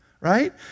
Right